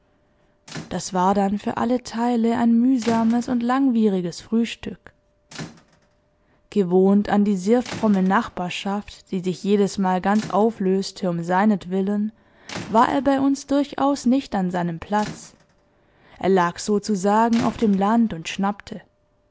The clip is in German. das war dann für alle teile ein mühsames und langwieriges frühstück gewohnt an die sehr fromme nachbarschaft die sich jedesmal ganz auflöste um seinetwillen war er bei uns durchaus nicht an seinem platz er lag sozusagen auf dem land und schnappte